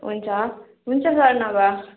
हुन्छ हुन्छ सर नभए